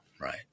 right